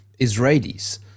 israelis